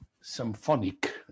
symphonic